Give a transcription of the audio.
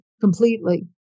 completely